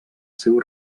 seu